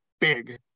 big